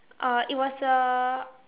uh it was a